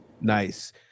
Nice